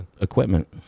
equipment